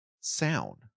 sound